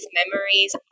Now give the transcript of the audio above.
memories